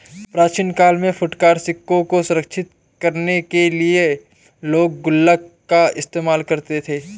प्राचीन काल में फुटकर सिक्कों को सुरक्षित करने के लिए लोग गुल्लक का इस्तेमाल करते थे